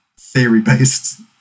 theory-based